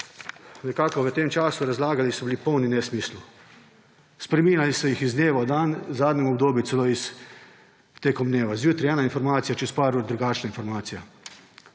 nekako v tem času razlagali, so bili polni nesmislov. Spreminjali ste jih iz dneva v dan, v zadnjem obdobju celo tekom dneva, zjutraj ena informacija, čez nekaj ur drugačna informacija.